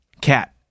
cat